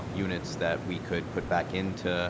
um units that we could put back into